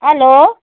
hello